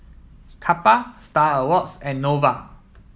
Kappa Star Awards and Nova